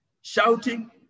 shouting